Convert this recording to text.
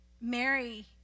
Mary